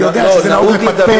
אני יודע שזה נהוג לפטפט,